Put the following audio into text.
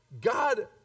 God